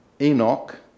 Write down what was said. Enoch